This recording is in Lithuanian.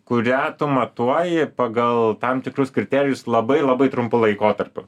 kurią tu matuoji pagal tam tikrus kriterijus labai labai trumpu laikotarpiu